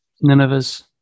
Nineveh's